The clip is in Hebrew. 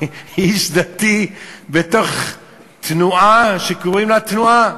כאיש דתי בתוך תנועה שקוראים לה "תנועה".